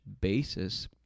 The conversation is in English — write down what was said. basis